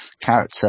character